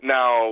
Now